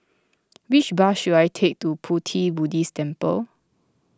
which bus should I take to Pu Ti Buddhist Temple